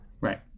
Right